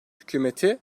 hükümeti